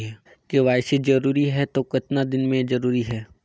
KYC जरूरी हे तो कतना दिन मे जरूरी है?